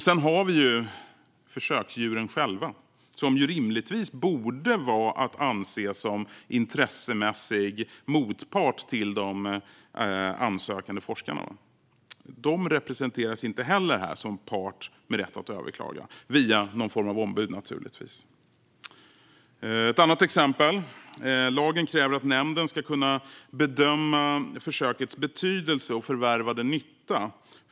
Sedan har vi försöksdjuren själva, som rimligtvis borde vara att anse som intressemässig motpart till de ansökande forskarna. De representeras inte heller som part med rätt att överklaga - i så fall naturligtvis via någon form av ombud. Ett annat exempel är att lagen kräver att nämnden ska kunna bedöma försökets betydelse och förvärvade nytta.